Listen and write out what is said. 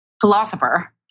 philosopher